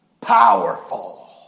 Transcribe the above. powerful